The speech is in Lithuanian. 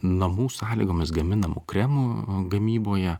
namų sąlygomis gaminamų kremų gamyboje